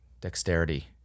dexterity